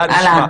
אהלן.